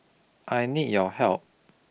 I need your help